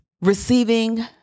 receiving